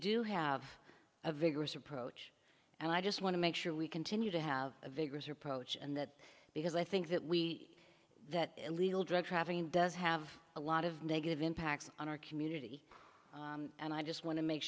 do have a vigorous approach and i just want to make sure we continue to have a vigorous approach and that because i think that we that illegal drug trafficking does have a lot of negative impacts on our community and i just want to make